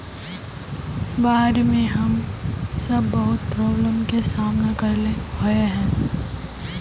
बाढ में हम सब बहुत प्रॉब्लम के सामना करे ले होय है?